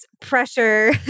pressure